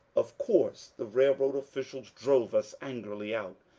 of course the railroad officials drove us angrily out.